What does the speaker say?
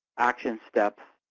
action steps,